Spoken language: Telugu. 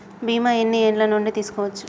బీమా ఎన్ని ఏండ్ల నుండి తీసుకోవచ్చు?